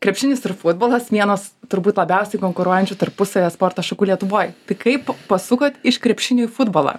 krepšinis ir futbolas vienos turbūt labiausiai konkuruojančių tarpusavyje sporto šakų lietuvoj kaip pasukot iš krepšinio į futbolą